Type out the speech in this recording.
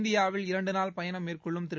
இந்தியாவில் இரண்டு நாள் பயணம் மேற்கொள்ளும் திரு